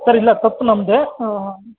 sir ಇಲ್ಲ ತಪ್ಪು ನಮ್ಮದೇ